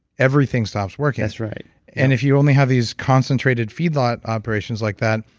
everything stops working that's right and if you only have these concentrated feed lot operations like that,